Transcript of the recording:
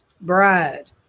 bride